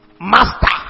master